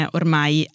ormai